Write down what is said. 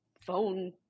phone